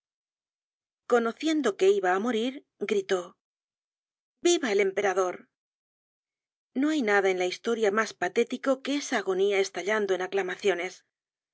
conociendo que iba á morir gritó viva el emperador no hay nada en la historia mas patético que esa agonía estallando en aclamaciones